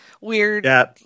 weird